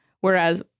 Whereas